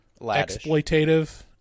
exploitative